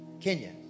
Kenya